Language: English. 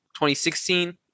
2016